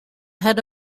head